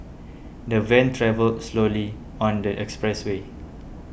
the van travelled slowly on the expressway